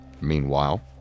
Meanwhile